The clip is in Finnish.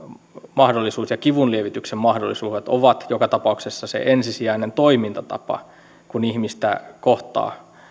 mahdollisuus ja kivunlievityksen mahdollisuudet ovat joka tapauksessa se ensisijainen toimintatapa kun ihmistä kohtaa